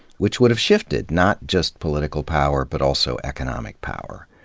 which would have shifted not just political power but also economic power.